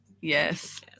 Yes